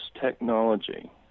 technology